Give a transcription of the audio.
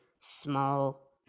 small